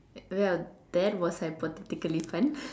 well that was hypothetically fun